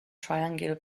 triangular